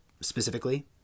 specifically